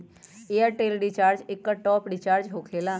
Airtel recharge एकर top off recharge होकेला?